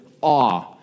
awe